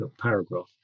paragraph